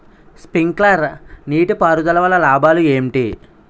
Sprinkler నీటిపారుదల వల్ల లాభాలు ఏంటి?